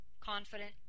confident